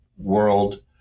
world